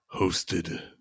hosted